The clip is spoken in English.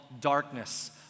darkness